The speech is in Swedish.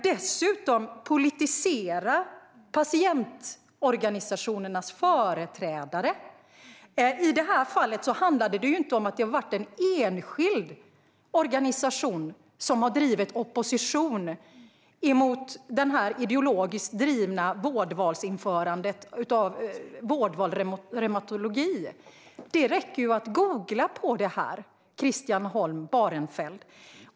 Dessutom politiseras patientorganisationernas företrädare. I detta fall handlade det inte om att en enskild organisation har drivit opposition mot det ideologiskt drivna vårdvalsinförandet som kallas Vårdval reumatologi. Det räcker med att googla på detta, Christian Holm Barenfeld.